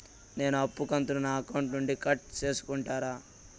నేను అప్పు కంతును నా అకౌంట్ నుండి కట్ సేసుకుంటారా?